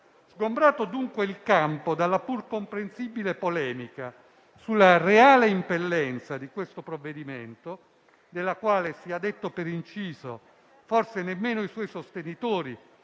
Sgombrato dunque il campo dalla pur comprensibile polemica sulla reale impellenza del provvedimento in esame - della quale, sia detto per inciso, forse nemmeno i suoi sostenitori